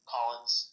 Collins